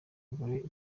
gore